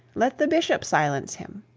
let the bishop silence him.